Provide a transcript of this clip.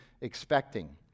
expecting